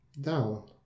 down